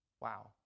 Wow